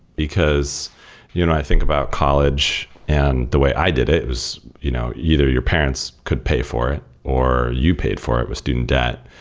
because you know i think about college and the way i did it. it was you know either your parents could pay for it or you paid for it with student debt,